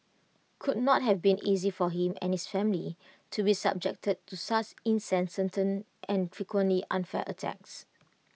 could not have been easy for him and his family to be subjected to such incessant turn and frequently unfair attacks